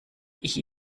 ich